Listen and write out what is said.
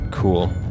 Cool